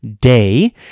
day